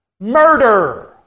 Murder